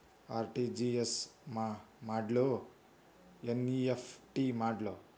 RTGS ಮಾಡ್ಲೊ NEFT ಮಾಡ್ಲೊ?